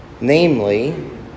namely